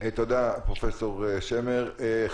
פרופסור שמר, תודה.